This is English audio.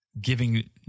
giving